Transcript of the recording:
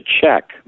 check